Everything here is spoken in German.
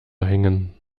hängen